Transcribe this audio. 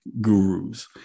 gurus